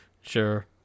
Sure